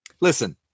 Listen